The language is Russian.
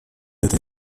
этой